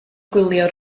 gwylio